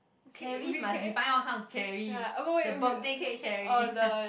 cherry must define what kind of cherry the birthday cake cherry